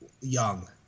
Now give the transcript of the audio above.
young